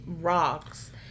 rocks